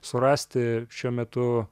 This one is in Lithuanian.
surasti šiuo metu